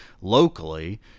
locally